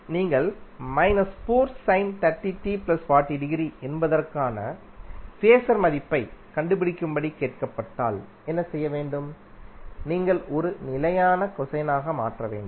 இப்போது நீங்கள் என்பதற்கானஃபேஸர் மதிப்பைக் கண்டுபிடிக்கும்படி கேட்கப்பட்டால் என்ன செய்ய வேண்டும் நீங்கள் அதை ஒரு நிலையான கொசைனாக மாற்ற வேண்டும்